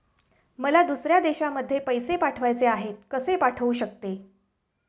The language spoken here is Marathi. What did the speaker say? मला दुसऱ्या देशामध्ये पैसे पाठवायचे आहेत कसे पाठवू शकते?